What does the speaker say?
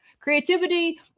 creativity